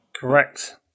Correct